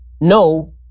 No